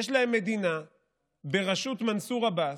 יש להם מדינה בראשות מנסור עבאס,